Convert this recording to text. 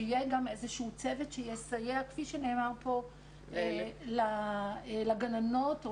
שיהיה גם איזשהו צוות שיסייע כפי שנאמר כאן לגננות או